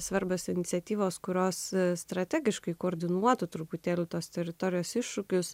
svarbios iniciatyvos kurios strategiškai koordinuotų truputėlį tos teritorijos iššūkius